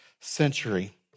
century